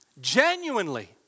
genuinely